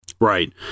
Right